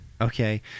okay